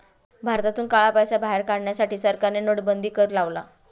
भारतातून काळा पैसा बाहेर काढण्यासाठी सरकारने नोटाबंदी कर लावला